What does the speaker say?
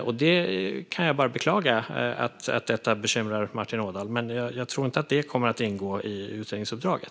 Jag kan bara beklaga att detta bekymrar Martin Ådahl. Men jag tror inte att det kommer att ingå i utredningsuppdraget.